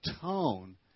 tone